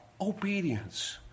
Obedience